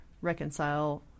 reconcile